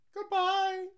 Goodbye